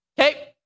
Okay